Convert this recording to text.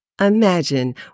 Imagine